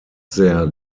their